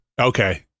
Okay